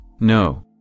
No